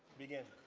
begin.